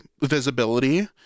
visibility